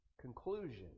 conclusion